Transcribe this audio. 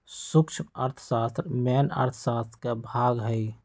सूक्ष्म अर्थशास्त्र मेन अर्थशास्त्र के भाग हई